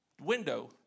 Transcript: window